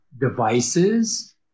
devices